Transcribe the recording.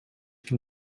ким